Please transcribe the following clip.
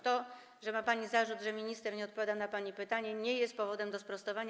To, że ma pani zarzut, że minister nie odpowiada na pani pytanie, nie jest powodem do sprostowania.